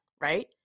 right